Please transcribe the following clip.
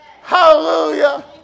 Hallelujah